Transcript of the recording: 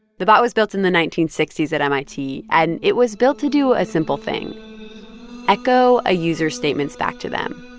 the bot was built in the nineteen sixty s at mit, and it was built to do a simple thing echo a user's statements back to them.